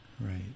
Right